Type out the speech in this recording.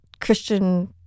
Christian